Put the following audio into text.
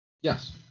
Yes